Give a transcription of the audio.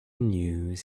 news